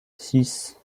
six